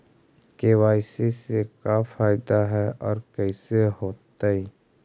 KYC से का फायदा है और कैसे होतै?